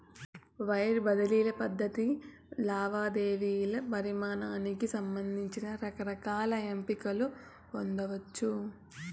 wire బదిలీ పద్ధతి లావాదేవీల పరిమానానికి సంబంధించి రకరకాల ఎంపికలు పొందచ్చు